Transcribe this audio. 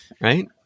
right